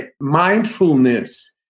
mindfulness